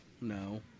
no